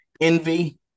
envy